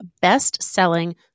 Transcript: best-selling